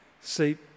See